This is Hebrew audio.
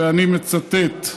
ואני מצטט: